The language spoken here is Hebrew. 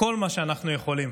כל מה שאנחנו יכולים